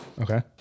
okay